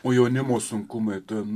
o jaunimo sunkumai ten